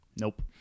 Nope